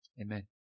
Amen